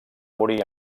morir